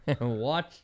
Watch